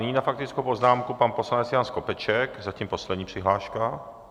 Nyní na faktickou poznámku pan poslanec Jan Skopeček, zatím poslední přihláška.